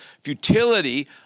futility